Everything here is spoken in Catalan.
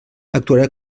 actuarà